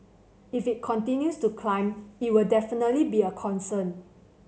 if it continues to climb it will definitely be a concern